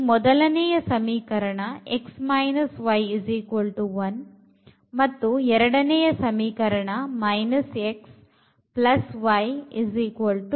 ಇಲ್ಲಿ ಮೊದಲನೆಯ ಸಮೀಕರಣ x y1 ಮತ್ತು ಎರಡನೆಯ ಸಮೀಕರಣ xy2